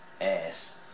ass